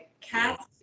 cats